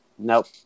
Nope